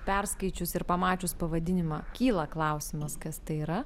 perskaičius ir pamačius pavadinimą kyla klausimas kas tai yra